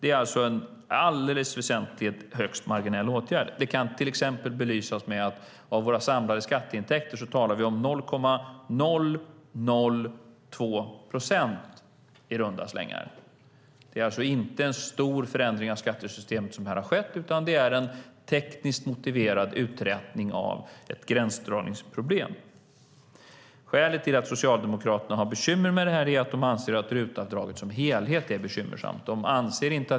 Det är alltså i allt väsentligt en högst marginell åtgärd. Det kan till exempel belysas med att av våra samlade skatteintäkter talar vi om 0,002 procent i runda slängar. Det är alltså inte en stor förändring av skattesystemet som här har skett, utan det är en tekniskt motiverad uträtning av ett gränsdragningsproblem. Skälet till att Socialdemokraterna har bekymmer med det här är att de anser att RUT-avdraget som helhet är bekymmersamt.